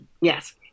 Yes